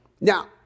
Now